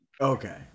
Okay